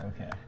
Okay